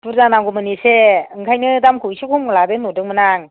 बुरजा नांगौमोन इसे बेनिखायनो दामखौ इसे खम लादो नंदोंमोन आं